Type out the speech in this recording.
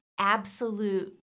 absolute